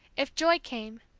if joy came,